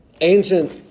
ancient